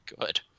good